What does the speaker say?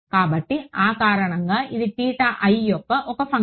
కాబట్టి ఆ కారణంగా ఇది యొక్క ఒక ఫంక్షన్